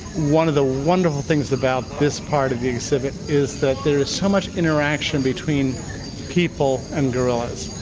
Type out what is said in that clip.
one of the wonderful things about this part of the exhibit is that there is so much interaction between people and gorillas.